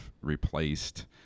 replaced